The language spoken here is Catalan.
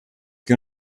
que